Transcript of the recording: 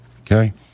okay